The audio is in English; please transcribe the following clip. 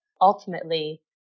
ultimately